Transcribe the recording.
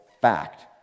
fact